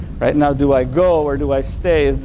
right. now, do i go or do i stay.